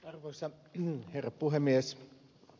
arvoisa herra puhemies